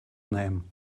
name